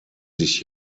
sich